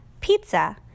pizza